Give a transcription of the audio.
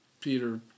Peter